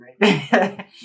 right